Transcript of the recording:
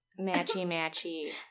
matchy-matchy